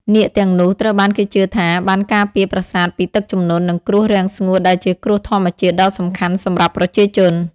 នាគទាំងនោះត្រូវបានគេជឿថាបានការពារប្រាសាទពីទឹកជំនន់ និងគ្រោះរាំងស្ងួតដែលជាគ្រោះធម្មជាតិដ៏សំខាន់សម្រាប់ប្រជាជន។